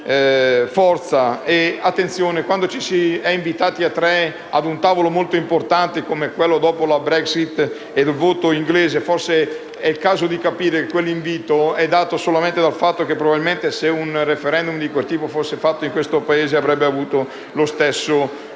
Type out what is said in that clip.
forza e attenzione quando si è invitati a tre a un tavolo molto importante come quello successivo alla Brexit e al voto britannico: forse è il caso di capire che quell'invito è dovuto solamente al fatto che probabilmente, se un *referendum* di quel tipo fosse stato indetto in questo Paese, si sarebbe avuto lo stesso risultato.